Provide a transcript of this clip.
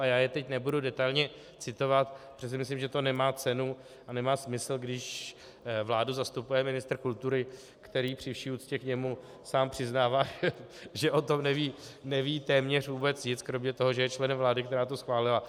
A já je teď nebudu detailně citovat, protože si myslím, že to nemá cenu a nemá smysl, když vládu zastupuje ministr kultury, který při vší úctě k němu sám přiznává, že o tom neví téměř vůbec nic kromě toho, že je členem vlády, která to schválila.